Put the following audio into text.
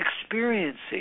experiencing